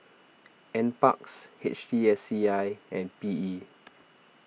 NParks H T S C I and P E